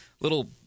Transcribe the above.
little